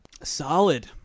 Solid